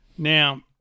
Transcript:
Now